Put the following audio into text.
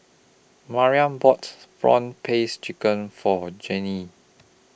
Mariah bought Prawn Paste Chicken For Jenny